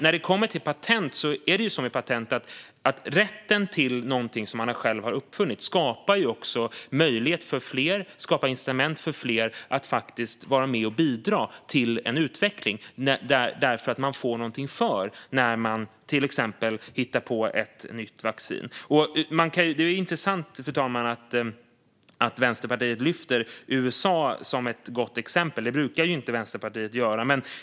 När det gäller patent är det ju så att rätten till någonting som man själv har uppfunnit skapar möjlighet och incitament för fler att vara med och bidra till en utveckling därför att man får någonting för att man till exempel hittar på ett nytt vaccin. Det är intressant, fru talman, att Vänsterpartiet lyfter fram USA som ett gott exempel; det brukar ju inte Vänsterpartiet göra.